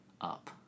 up